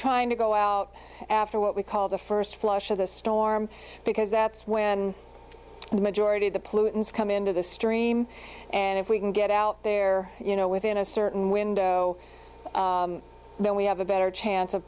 trying to go out after what we call the first flush of the storm because that's when the majority of the pollutants come into the stream and if we can get out there you know within a certain window then we have a better chance of